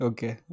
Okay